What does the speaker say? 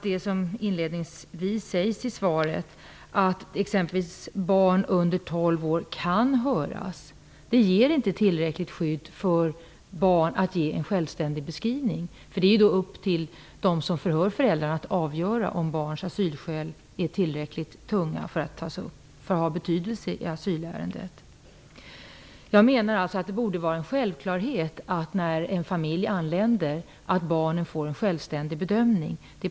Det sägs i svaret att barn under 12 år ''kan höras'', men detta ger inte tillräckligt skydd för barn att ge en självständig beskrivning. Det är då upp till dem som förhör föräldrarna att avgöra om barns asylskäl är tillräckligt tunga för att ha betydelse i asylärendet. När en familj anländer, borde det vara en självklarhet att barnen får en självständig bedömning.